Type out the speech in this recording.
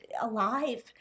alive